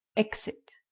exit